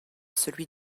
celui